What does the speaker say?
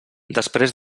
després